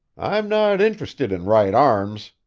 i'm not interested in right arms,